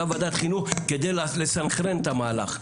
וועדת החינוך כדי לסנכרן את המהלך.